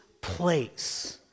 place